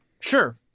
Sure